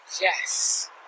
Yes